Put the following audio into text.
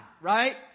right